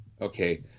okay